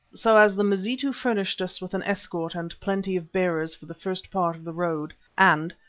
so as the mazitu furnished us with an escort and plenty of bearers for the first part of the road and,